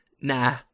nah